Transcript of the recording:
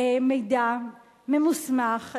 מידע ממוסמך,